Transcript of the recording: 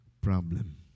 problem